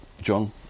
John